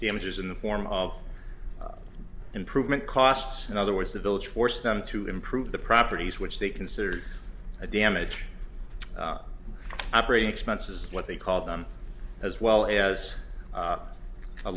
images in the form of improvement costs in other words the village forced them to improve the properties which they considered the damage operating expenses what they called them as well as